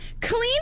clean